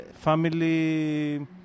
family